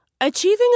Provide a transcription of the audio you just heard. Achieving